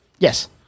Yes